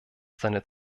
seine